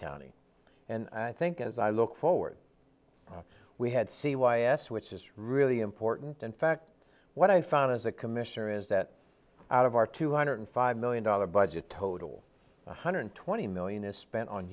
county and i think as i look forward we had c y s which is really important in fact what i found as a commissioner is that out of our two hundred five million dollar budget total one hundred twenty million is spent on